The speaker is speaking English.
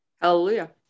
Hallelujah